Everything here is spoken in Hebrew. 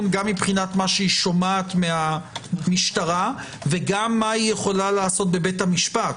גם מבחינת מה שהיא שומעת מהמשטרה וגם מה היא יכולה לעשות בבית המשפט.